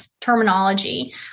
terminology